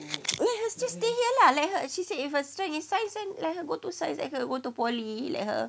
let her just stay here lah let her she said if her strength is science then let her go to science let her go to poly like her